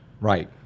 Right